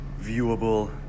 viewable